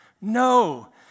No